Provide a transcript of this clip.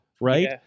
right